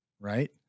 Right